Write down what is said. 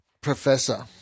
professor